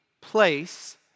place